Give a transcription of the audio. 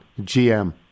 GM